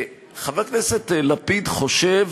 חבר הכנסת לפיד חושב